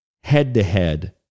head-to-head